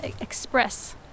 express